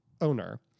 owner